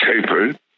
tapered